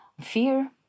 fear